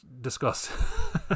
discuss